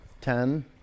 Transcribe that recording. Ten